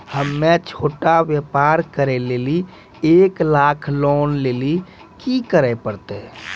हम्मय छोटा व्यापार करे लेली एक लाख लोन लेली की करे परतै?